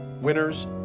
winners